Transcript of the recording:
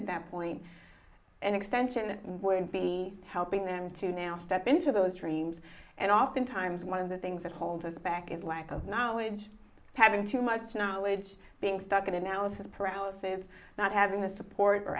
at that point an extension would be helping them to now step into those dreams and oftentimes one of the things that hold us back is lack of knowledge having too much knowledge being stuck in analysis paralysis not having the support or